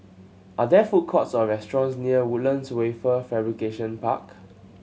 are there food courts or restaurants near Woodlands Wafer Fabrication Park